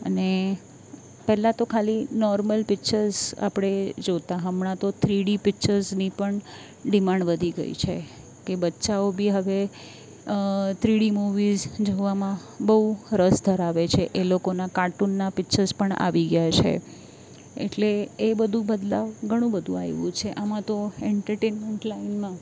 અને પહેલા તો ખાલી નોર્મલ પિક્ચર્સ આપણે જોતાં હમણાં તો થ્રી ડી પિક્ચર્સની પણ ડિમાન્ડ વધી ગઈ છે કે બચ્ચાંઓ બી હવે થ્રી ડી મૂવીસ જોવામાં બહુ રસ ધરાવે છે એ લોકોના કાર્ટૂનના પિક્ચર્સ પણ આવી ગયાં છે એટલે એ બધું બદલાવ ઘણું બધું આવ્યું છે આમાં તો એન્ટરટેનમેન્ટ લાઈનમાં